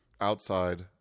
outside